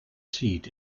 seed